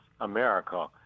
America